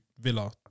Villa